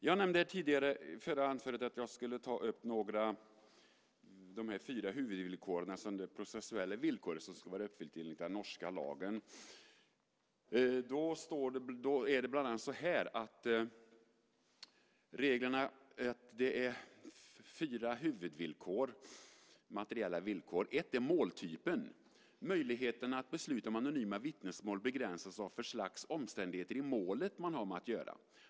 Jag nämnde i mitt förra inlägg att jag skulle ta upp de fyra huvudvillkor, de processuella villkor, som ska vara uppfyllda enligt den norska lagen. Det är alltså fyra huvudvillkor - materiella villkor. Ett villkor är måltypen. Möjligheterna att besluta om anonyma vittnesmål begränsas av vad för slags omständigheter i målet man har att göra med.